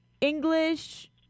English